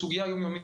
האלימות,